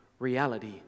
reality